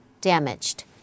damaged